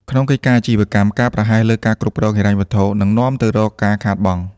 ក្នុងកិច្ចការអាជីវកម្ម ការប្រហែសលើការគ្រប់គ្រងហិរញ្ញវត្ថុនឹងនាំទៅរកការខាតបង់។